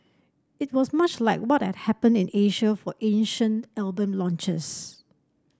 it was much like what had happened in Asia for Asian album launches